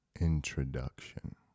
Introduction